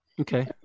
Okay